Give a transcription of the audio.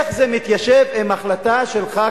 איך זה מתיישב עם ההחלטה שלך,